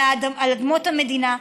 על אדמות המדינה,